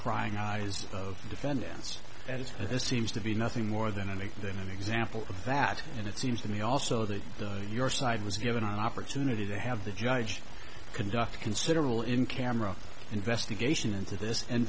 prying eyes of the defendants as this seems to be nothing more than a than an example of that and it seems to me also that the your side was given an opportunity to have the judge conduct a considerable in camera investigation into this and